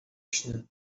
śnie